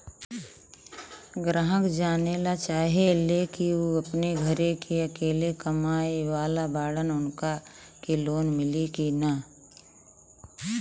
ग्राहक जानेला चाहे ले की ऊ अपने घरे के अकेले कमाये वाला बड़न उनका के लोन मिली कि न?